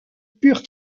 pure